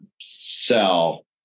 sell